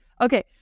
Okay